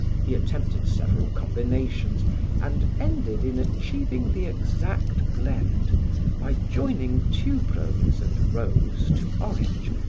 he attempted several combinations and ended in achieving the exact blend by joining tuberose and rose to orange,